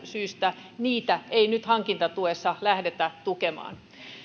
syystä niitä ei nyt hankintatuessa lähdetä tukemaan